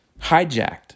hijacked